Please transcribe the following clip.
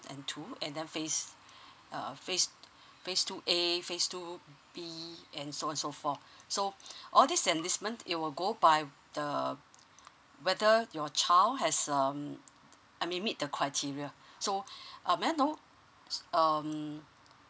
and two and then phase uh phase two A phase two B and so on so forth so all these enlistment it will go by the whether your child has um meet the criteria so um may I know so um